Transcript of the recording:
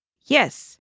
Yes